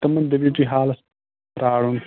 تِمَن دٔپِو تُہۍ حالَس پَرٛارُن